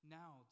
now